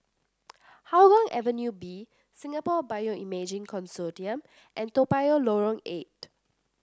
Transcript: Hougang Avenue B Singapore Bioimaging Consortium and Toa Payoh Lorong Eight